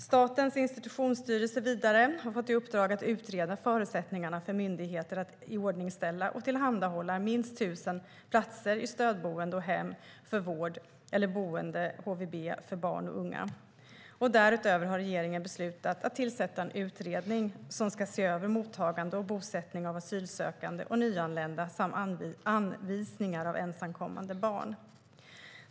Statens institutionsstyrelse har vidare fått i uppdrag att utreda förutsättningarna för myndigheten att iordningställa och tillhandahålla minst 1 000 platser i stödboende och hem för vård eller boende - HVB - för barn och unga. Därutöver har regeringen beslutat att tillsätta en utredning som ska se över mottagande och bosättning av asylsökande och nyanlända samt anvisningar av ensamkommande barn.